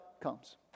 comes